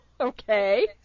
Okay